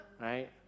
right